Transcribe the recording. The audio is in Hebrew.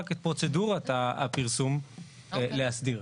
רק את פרוצדורות הפרסום להסדיר.